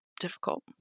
difficult